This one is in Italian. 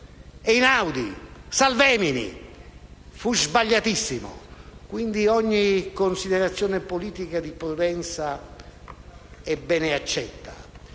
Einaudi e Salvemini. Fu sbagliatissimo e, quindi, ogni considerazione politica di prudenza è ben accetta.